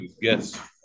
yes